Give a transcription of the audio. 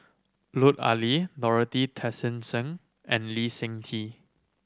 Lut Ali Dorothy Tessensohn and Lee Seng Tee